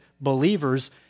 believers